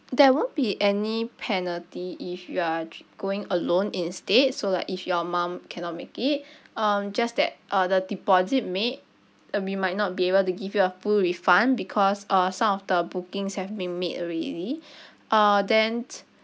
there won't be any penalty if you are going alone instead so like if your mum cannot make it um just that uh the deposit made we might not be able to give you a full refund because uh some of the bookings have been made already uh then